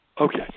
Okay